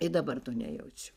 ir dabar to nejaučiu